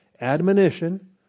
admonition